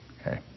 Okay